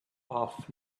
off